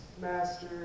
Master